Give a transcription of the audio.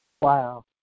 Wow